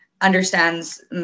understands